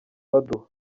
baduha